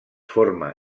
forma